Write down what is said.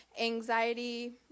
anxiety